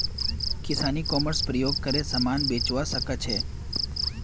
किसान e commerce प्रयोग करे समान बेचवा सकछे